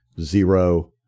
zero